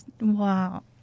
wow